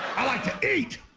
i like to eat!